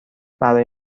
برای